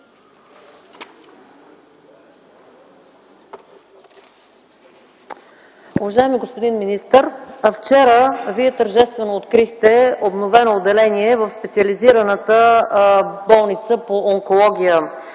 Уважаеми господин министър, вчера Вие тържествено открихте обновено отделение в Специализираната болница по онкология